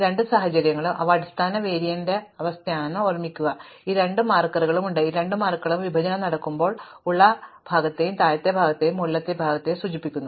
രണ്ട് സാഹചര്യങ്ങളിലും അവ അടിസ്ഥാന വേരിയൻറ് അവസ്ഥയാണെന്ന് ഓർമ്മിക്കുക ഈ രണ്ട് മാർക്കറുകളും ഉണ്ട് ഈ രണ്ട് മാർക്കറുകളും വിഭജനം നടക്കുമ്പോൾ ഇതിനകം ഉള്ള ഭാഗത്തെയും താഴത്തെ ഭാഗത്തെയും മുകളിലെ ഭാഗത്തെയും സൂചിപ്പിക്കുന്നു